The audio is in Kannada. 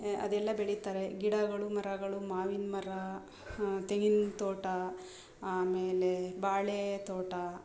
ಅದೆಲ್ಲ ಬೆಳೀತಾರೆ ಗಿಡಗಳು ಮರಗಳು ಮಾವಿನ ಮರ ತೆಂಗಿನ ತೋಟ ಆಮೇಲೆ ಬಾಳೆ ತೋಟ